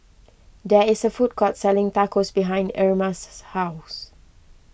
there is a food court selling Tacos behind Irma's house